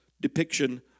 depiction